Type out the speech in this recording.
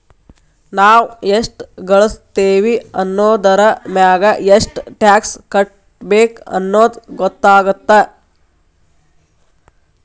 ನಾವ್ ಎಷ್ಟ ಗಳಸ್ತೇವಿ ಅನ್ನೋದರಮ್ಯಾಗ ಎಷ್ಟ್ ಟ್ಯಾಕ್ಸ್ ಕಟ್ಟಬೇಕ್ ಅನ್ನೊದ್ ಗೊತ್ತಾಗತ್ತ